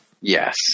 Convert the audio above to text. Yes